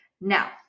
Now